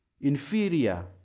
inferior